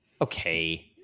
okay